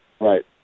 Right